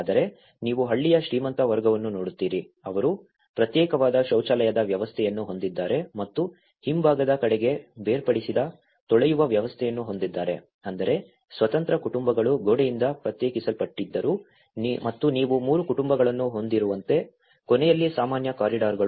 ಆದರೆ ನೀವು ಹಳ್ಳಿಯ ಶ್ರೀಮಂತ ವರ್ಗವನ್ನು ನೋಡುತ್ತೀರಿ ಅವರು ಪ್ರತ್ಯೇಕವಾದ ಶೌಚಾಲಯದ ವ್ಯವಸ್ಥೆಯನ್ನು ಹೊಂದಿದ್ದಾರೆ ಮತ್ತು ಹಿಂಭಾಗದ ಕಡೆಗೆ ಬೇರ್ಪಡಿಸಿದ ತೊಳೆಯುವ ವ್ಯವಸ್ಥೆಯನ್ನು ಹೊಂದಿದ್ದಾರೆ ಅಂದರೆ ಸ್ವತಂತ್ರ ಕುಟುಂಬಗಳು ಗೋಡೆಯಿಂದ ಪ್ರತ್ಯೇಕಿಸಲ್ಪಟ್ಟಿದ್ದರೂ ಮತ್ತು ನೀವು 3 ಕುಟುಂಬಗಳನ್ನು ಹೊಂದಿರುವಂತೆ ಕೊನೆಯಲ್ಲಿ ಸಾಮಾನ್ಯ ಕಾರಿಡಾರ್ಗಳು